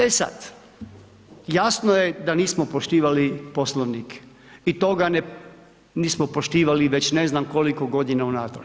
E sada, jasno je da nismo poštivali poslovnik i toga nismo poštivali već ne znam koliko godina unatrag.